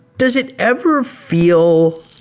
does it ever feel